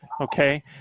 okay